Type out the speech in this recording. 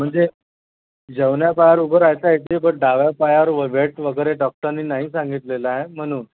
म्हणजे जेवण्या पायावर उभं राहायचं येते बट डाव्या पायावर वाज वेट वगैरे डॉक्टरांनी नाही सांगितलेलं आहे म्हणून